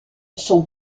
son